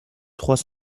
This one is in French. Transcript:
trois